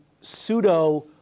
pseudo